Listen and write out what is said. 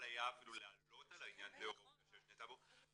היה אפילו לעלות על העניין לאור העובדה שיש שני טאבו,